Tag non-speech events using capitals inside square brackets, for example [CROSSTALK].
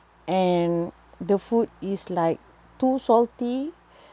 and the food is like too salty [BREATH]